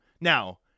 now